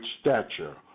stature